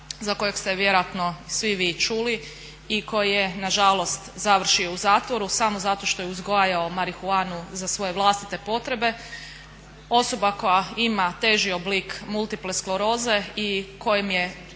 za kojeg ste vjerojatno i svi vi čuli i koji je na žalost završio u zatvoru samo zato što je uzgajao marihuanu za svoje vlastite potrebe. osoba koja ima teži oblik multiple skleroze i kojem je